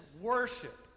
worship